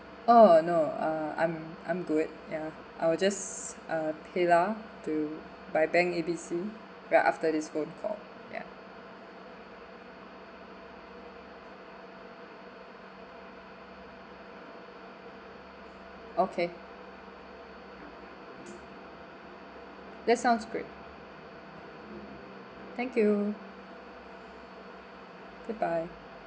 oh no uh I'm I'm good ya I will just uh paylah to by bank A B C right after this phone call ya okay that sounds great thank you bye bye